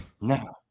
no